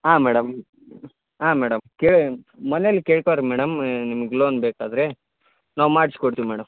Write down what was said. ಹಾಂ ಮೇಡಮ್ ಹಾಂ ಮೇಡಮ್ ಕೇ ಮನೆಲಿ ಕೇಳ್ತವ್ರೆ ಮೇಡಮ್ ನಿಮ್ಗ ಲೋನ್ ಬೇಕಾದರೆ ನಾವು ಮಾಡ್ಸ್ಕೊಡ್ತೀವಿ ಮೇಡಮ್